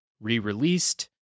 re-released